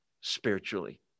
spiritually